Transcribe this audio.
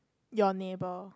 your neighbor